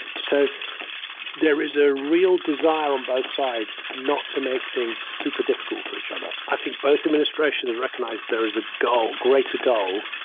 and so there is a real desire on both sides not to make things super difficult for each other. i think both administrations recognize there is a goal, greater goal